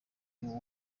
n’uwo